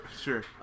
Sure